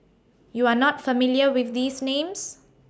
YOU Are not familiar with These Names